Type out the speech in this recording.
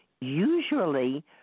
Usually